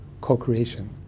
co-creation